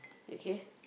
okay